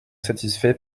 satisfait